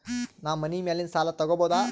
ನಾ ಮನಿ ಮ್ಯಾಲಿನ ಸಾಲ ತಗೋಬಹುದಾ?